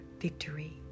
victory